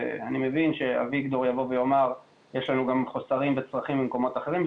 ואני מבין שאביגדור יבוא ויאמר: יש לנו גם חוסרים בצרכים במקומות אחרים.